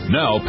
now